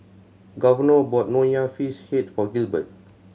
Governor bought Nonya Fish Head for Gilbert